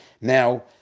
Now